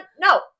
no